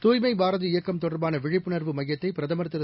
துய்மைபாரத இயக்கம் தொடர்பானவிழிப்புணர்வு மையத்தைபிரதமர் திரு